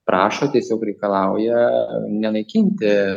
prašo tiesiog reikalauja nenaikinti